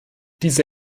diese